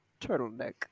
Turtleneck